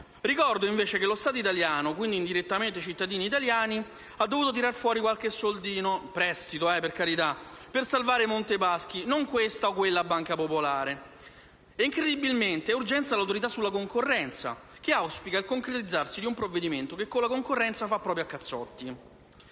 Ricordo, invece, che lo Stato italiano - quindi indirettamente i cittadini italiani - ha dovuto tirar fuori qualche soldino (in prestito, per carità) per salvare il gruppo Montepaschi, non questa o quella banca popolare. Incredibilmente ha urgenza anche l'Autorità sulla concorrenza, che auspica il concretizzarsi di un provvedimento che con la concorrenza fa proprio a cazzotti!